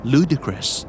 Ludicrous